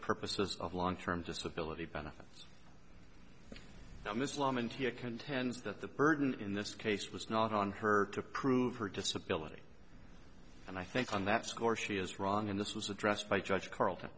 purposes of long term disability benefits from islam and here contends that the burden in this case was not on her to prove her disability and i think on that score she is wrong and this was addressed by judge carleton